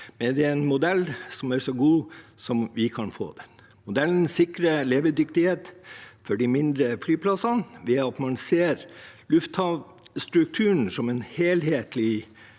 er en modell som er så god som vi kan få den. Den sikrer levedyktighet for de mindre flyplassene ved at man ser lufthavnstrukturen som et helhetlig